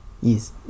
yes